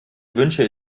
wünsche